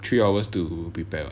three hours to prepare [what]